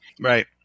Right